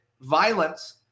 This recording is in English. violence